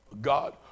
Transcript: God